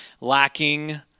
lacking